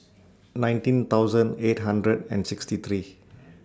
nineteen thousand eight hundred and sixty three